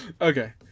okay